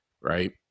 Right